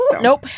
Nope